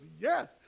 yes